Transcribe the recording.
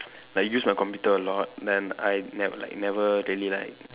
like use my computer a lot then I ne like never really like